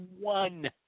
one